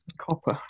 Copper